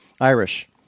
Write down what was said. Irish